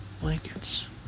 blankets